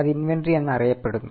അത് ഇൻവെന്ററി എന്നറിയപ്പെടുന്നു